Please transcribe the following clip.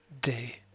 day